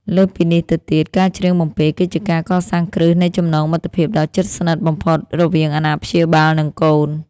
លើសពីនេះទៅទៀត ការច្រៀងបំពេគឺជាការកសាងគ្រឹះនៃចំណងមិត្តភាពដ៏ជិតស្និទ្ធបំផុតរវាងអាណាព្យាបាល និងកូន។